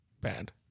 bad